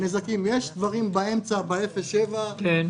יש דברים באמצע ב-0 7 קילומטרים.